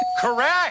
Correct